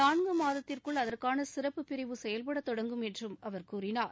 நான்கு மாதத்திற்குள் அதற்கான சிறப்பு பிரிவு செயல்படத் தொடங்கும் என்றும் அவர் கூறினார்